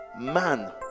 man